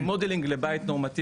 היא מודלינג לבית נורמטיבי.